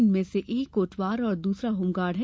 इनमें से एक कोटवार और द्रसरा होमगार्ड है